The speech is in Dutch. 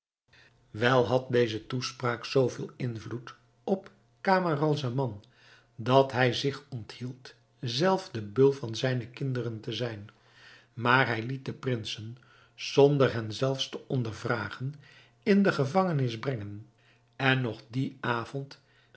wel had deze toespraak zoo veel invloed op camaralzaman dat hij zich onthield zelf de beul van zijne kinderen te zijn maar hij liet de prinsen zonder hen zelfs te ondervragen in de gevangenis brengen en nog dien avond